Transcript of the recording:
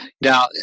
Now